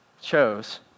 chose